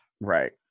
Right